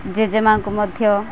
ଜେଜେମାଆଙ୍କୁ ମଧ୍ୟ